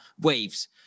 Waves